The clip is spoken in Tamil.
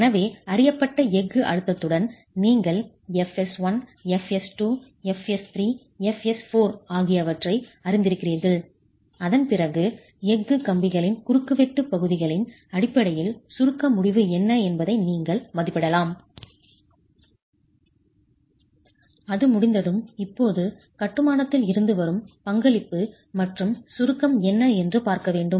எனவே அறியப்பட்ட எஃகு அழுத்தத்துடன் நீங்கள் fs1 fs2 fs3 fs4 ஆகியவற்றை அறிந்திருக்கிறீர்கள் அதன் பிறகு எஃகு கம்பிகளின் குறுக்குவெட்டு பகுதிகளின் அடிப்படையில் சுருக்க முடிவு என்ன என்பதை நீங்கள் மதிப்பிடலாம் அது முடிந்ததும் இப்போது கட்டுமானத்தில் இருந்து வரும் பங்களிப்பு மற்றும் சுருக்கம் என்ன என்று பார்க்க வேண்டும்